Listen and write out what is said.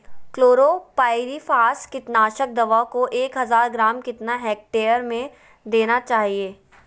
Chlorpyrifos कीटनाशक दवा को एक हज़ार ग्राम कितना हेक्टेयर में देना चाहिए?